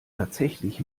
tatsächlich